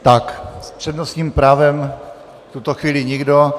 S přednostním právem v tuto chvíli nikdo.